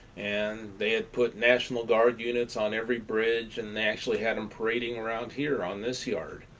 and they had put national guard units on every bridge, and they actually had them parading around here on this yard.